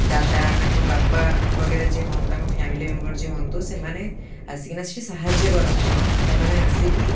ଦାଦା ତାଙ୍କ ବାପା ବଗରା ଯିଏ ହୁଅନ୍ତୁ ତାଙ୍କ ଫ୍ୟାମିଲି ମେମ୍ବର୍ ଯିଏ ହୁଅନ୍ତୁ ସେମାନେ ଆସିକିନା ସେଠି ସାହାଯ୍ୟ କରନ୍ତି ସେମାନେ ଆସିକି